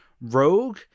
rogue